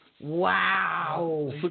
Wow